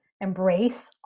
embrace